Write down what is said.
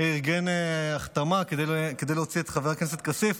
ארגן החתמה כדי להוציא את חבר הכנסת כסיף,